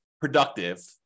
productive